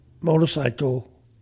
Motorcycle